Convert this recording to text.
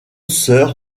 sœur